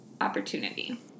opportunity